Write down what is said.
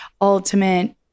ultimate